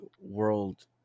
world